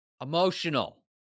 emotional